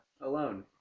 alone